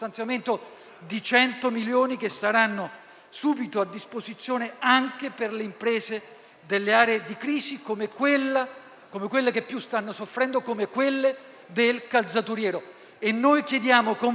di euro, che saranno subito a disposizione anche per le imprese delle aree di crisi che più stanno soffrendo, come quelle del calzaturiero. Chiediamo con forza